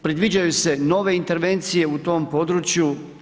Predviđaju se nove intervencije u tom podruju.